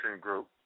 Group